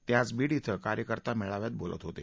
ते आज बीड इथं कार्यकर्ता मेळाव्यात बोलत होते